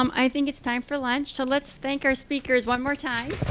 um i think it's time for lunch. so let's thank our speakers one more time.